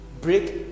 break